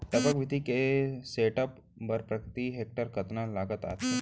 टपक विधि के सेटअप बर प्रति हेक्टेयर कतना लागत आथे?